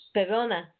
Perdona